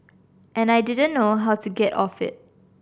and I didn't know how to get off it